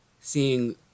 seeing